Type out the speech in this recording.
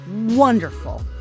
wonderful